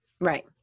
Right